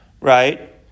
right